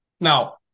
Now